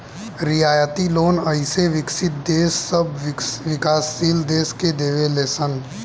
रियायती लोन अइसे विकसित देश सब विकाशील देश के देवे ले सन